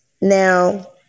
Now